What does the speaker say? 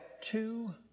two